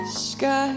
sky